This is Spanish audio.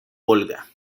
volga